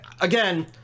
again